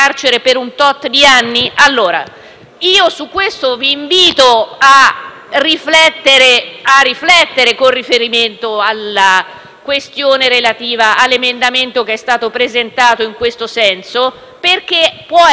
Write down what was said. Vi invito quindi a riflettere con riferimento alla questione relativa all'emendamento presentato in questo senso, perché può essere quantomeno bizzarro. Poi